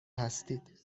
هستید